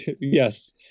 yes